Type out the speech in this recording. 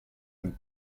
and